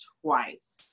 twice